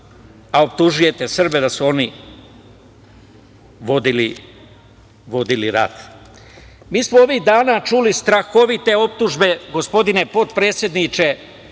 a optužujete Srbe da su oni vodili rat? Mi smo ovih dana čuli strahovite optužbe, gospodine potpredsedniče,